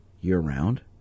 year-round